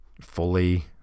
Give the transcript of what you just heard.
fully